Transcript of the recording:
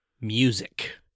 Music